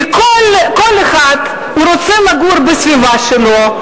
כי כל אחד רוצה לגור בסביבה שלו,